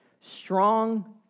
Strong